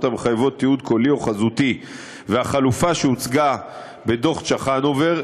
המחייבות תיעוד קולי או חזותי והחלופה שהוצגה בדוח צ'חנובר,